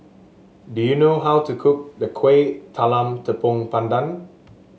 do you know how to cook Kueh Talam Tepong Pandan